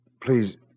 Please